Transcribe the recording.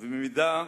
אני לא קורא אותך